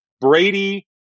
brady